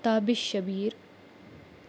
Tabish Shabir